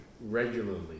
regularly